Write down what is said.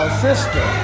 sister